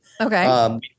Okay